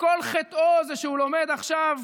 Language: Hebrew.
וכל חטאו זה שהוא לומד עכשיו